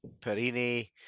Perini